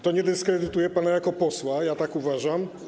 To nie dyskredytuje pana jako posła, ja tak uważam.